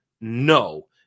No